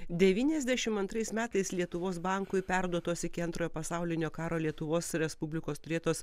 devyniasdešim antrais metais lietuvos bankui perduotos iki antrojo pasaulinio karo lietuvos respublikos turėtos